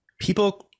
people